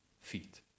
feet